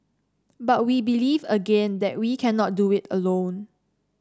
but we believe again that we cannot do it alone